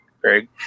Greg